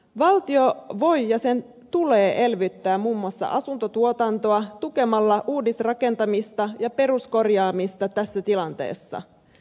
valtio voi ja sen tulee elvyttää muun muassa asuntotuotantoa tukemalla uudisrakentamista ja peruskorjaamista tässä tilanteessa